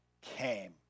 came